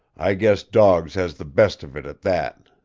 i guess dogs has the best of it, at that.